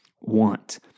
want